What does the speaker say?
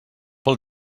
pel